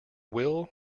will